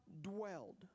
dwelled